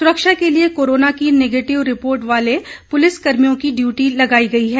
सुरक्षा के लिए कोरोना की निगेटिव रिपोर्ट वाले पुलिसकर्मियों की ड्यूटी लगाई गई है